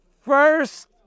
first